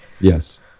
yes